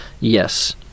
Yes